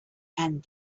and